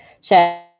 share